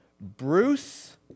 Bruce